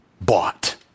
bought